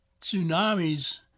tsunamis